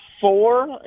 four